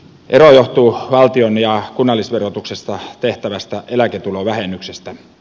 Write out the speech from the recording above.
ero johtuu valtion ja kunnallisverotuksesta tehtävästä eläketulovähennyksestä